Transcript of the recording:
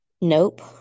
Nope